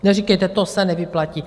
Neříkejte to se nevyplatí.